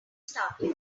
started